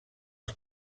els